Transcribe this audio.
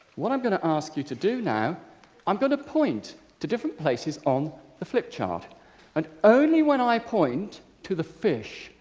what i'm gonna ask you to do now i'm gonna point to different places on the flip chart and only when i point to the fish,